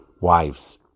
wives